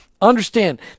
Understand